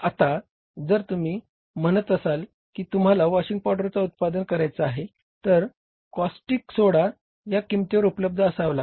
आता जर तुम्ही म्हणत असाल की तुम्हाला वॉशिंग पावडरचा उत्पादन करायचा आहे तर कॉस्टिक सोडा या किंमतीवर उपलब्ध असावा लागेल